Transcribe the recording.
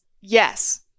yes